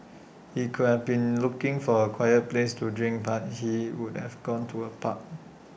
he could have been looking for A quiet place to drink but he would have gone to A park